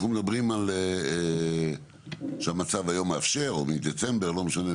מדברים על כך שהמצב היום מאפשר או מדצמבר הוא מאפשר,